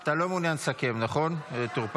אתה לא מעוניין לסכם, נכון, טור פז?